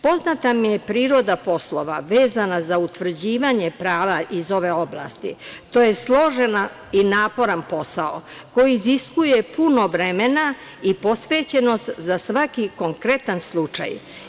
Poznata mi je priroda poslova, vezana za utvrđivanje prava iz ove oblasti, to je složen i naporan posao, koji iziskuje puno vremena i posvećenost za svaki konkretan slučaj.